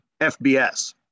FBS